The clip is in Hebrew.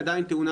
אני אדבר.